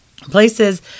places